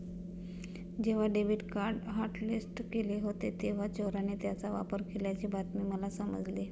जेव्हा debit card hotlist केले होते तेव्हा चोराने त्याचा वापर केल्याची बातमी मला समजली